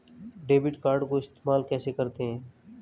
Debit card को इस्तेमाल कैसे करते हैं?